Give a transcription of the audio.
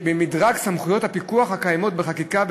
במדרג סמכויות הפיקוח הקיימות בחקיקה,